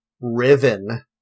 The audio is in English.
Riven